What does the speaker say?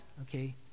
okay